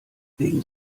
wegen